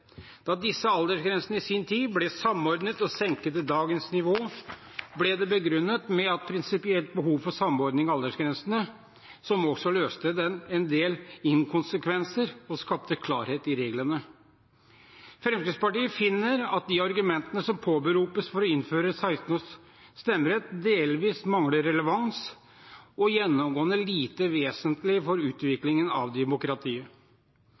Da disse aldersgrensene i sin tid ble samordnet og senket til dagens nivå, ble det begrunnet med et prinsipielt behov for samordning av aldersgrensene, noe som også løste en del inkonsekvenser og skapte klarhet i reglene. Fremskrittspartiet finner at de argumentene som påberopes for å innføre 16-års stemmerett, delvis mangler relevans og gjennomgående er lite vesentlige for utviklingen av demokratiet.